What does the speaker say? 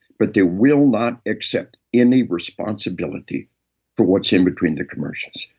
but they will not accept any responsibility for what's in between the commercials.